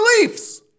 beliefs